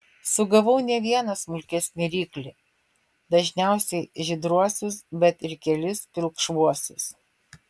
sugavau ne vieną smulkesnį ryklį dažniausiai žydruosius bet ir kelis pilkšvuosius